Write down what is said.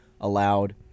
allowed